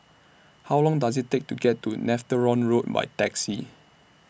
How Long Does IT Take to get to Netheravon Road By Taxi